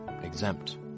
exempt